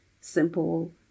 simple